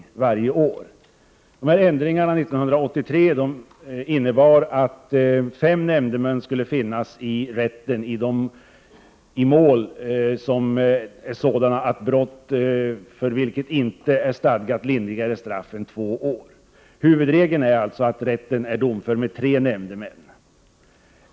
Ändringarna 1983 innebar att fem nämndemän skulle finnas i rätten i mål om brott, för vilka inte är stadgat lindrigare straff än två år. Huvudregeln är att rätten är domför med tre nämndemän.